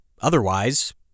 Otherwise